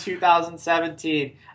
2017